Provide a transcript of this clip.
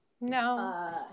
No